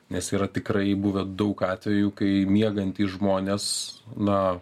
nes yra tikrai buvę daug atvejų kai miegantys žmonės na